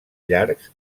llargs